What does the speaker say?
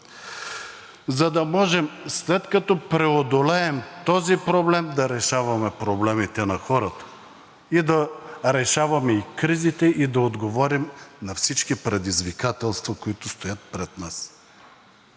за да можем, след като преодолеем този проблем, да решаваме проблемите на хората и да решаваме и кризите, и да отговорим на всички предизвикателства, които стоят пред нас.